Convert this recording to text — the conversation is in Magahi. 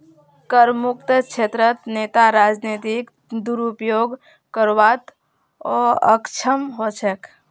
करमुक्त क्षेत्रत नेता राजनीतिक दुरुपयोग करवात अक्षम ह छेक